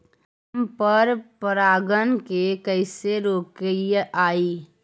हम पर परागण के कैसे रोकिअई?